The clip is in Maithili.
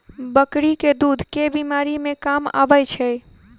बकरी केँ दुध केँ बीमारी मे काम आबै छै?